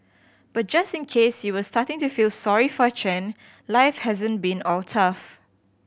but just in case you were starting to feel sorry for Chen life hasn't been all tough